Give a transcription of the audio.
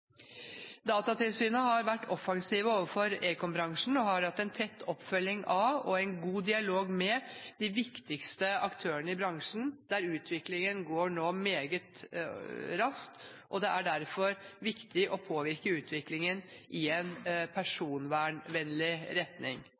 Datatilsynet har vært offensive overfor ekombransjen og har en tett oppfølging av og en god dialog med de viktigste aktørene i en bransje der utviklingen nå går meget raskt, og det er derfor viktig å påvirke utviklingen i en personvernvennlig retning.